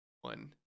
one